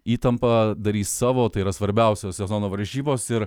įtampa darys savo tai yra svarbiausios sezono varžybos ir